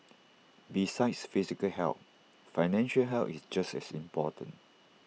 besides physical health financial health is just as important